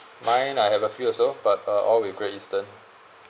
mine I have a few also but uh all with Great Eastern